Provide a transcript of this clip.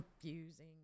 confusing